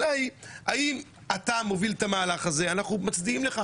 האם אתה מוביל את המהלך הזה, אנחנו מצדיעים לך.